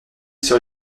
sur